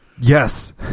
Yes